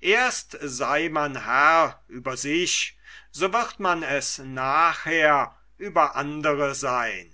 erst sei man herr über sich so wird man es nachher über andere seyn